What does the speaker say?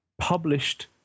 published